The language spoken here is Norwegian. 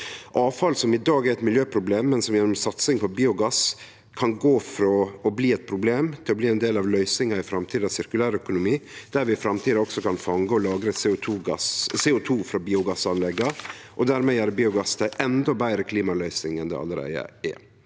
avfall som i dag er eit miljøproblem, men som gjennom satsing på biogass kan gå frå å vere eit problem til å bli ein del av løysinga i framtidas sirkulærøkonomi, der vi i framtida også kan fange og lagre CO2 frå biogassanlegga og dermed gjere biogass til ei endå betre klimaløysing enn det allereie er.